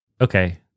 okay